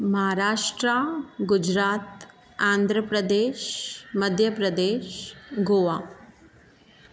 Maharashtra Gujarat Andhra Pradesh Madhya Pradesh Goa